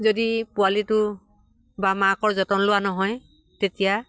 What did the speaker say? যদি পোৱালিটো বা মাকৰ যতন লোৱা নহয় তেতিয়া